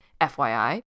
FYI